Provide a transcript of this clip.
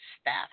staff